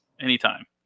Anytime